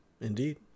indeed